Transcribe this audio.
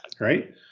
Right